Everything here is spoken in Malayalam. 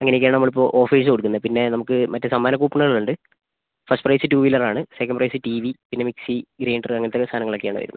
അങ്ങനെ ഒക്കെയാണ് നമ്മൾ ഇപ്പം ഓഫേഴ്സ് കൊടുക്കുന്നത് പിന്നെ നമുക്ക് മറ്റേ സമ്മാന കൂപ്പണുകൾ ഉണ്ട് ഫസ്റ്റ് പ്രൈസ് ടു വീലർ ആണ് സെക്കൻഡ് പ്രൈസ് ടി വി പിന്നെ മിക്സി ഗ്രൈൻഡർ അങ്ങനത്തെ സാധനങ്ങൾ ഒക്കെ ആണ് വരുന്നത്